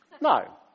No